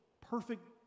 perfect